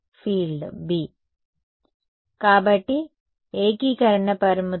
B కాబట్టి ఏకీకరణ పరిమితులు